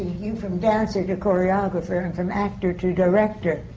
you from dancer to choreographer, and from actor to director,